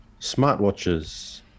Smartwatches